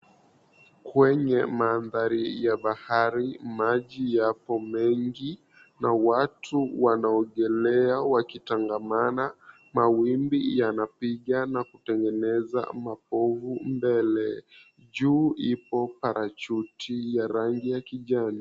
Kwenye mandhari ya bahari, maji yapo mengi, na watu wanaogelea wakitangamana. Mawimbi yanapiga na kutengeneza mapovu mbele. Juu ipo parachuti ya rangi ya kijani.